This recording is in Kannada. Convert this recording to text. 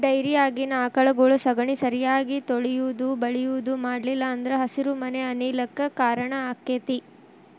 ಡೈರಿಯಾಗಿನ ಆಕಳಗೊಳ ಸಗಣಿ ಸರಿಯಾಗಿ ತೊಳಿಯುದು ಬಳಿಯುದು ಮಾಡ್ಲಿಲ್ಲ ಅಂದ್ರ ಹಸಿರುಮನೆ ಅನಿಲ ಕ್ಕ್ ಕಾರಣ ಆಕ್ಕೆತಿ